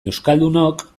euskaldunok